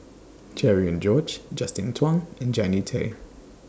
Cherian George Justin Zhuang and Jannie Tay